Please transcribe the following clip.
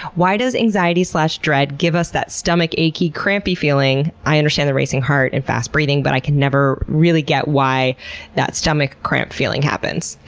why does anxiety dread give us that stomach achy crampy feeling? i understand the racing heart and fast breathing, but i could never really get why that stomach cramp feeling happens.